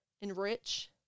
enrich